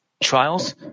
trials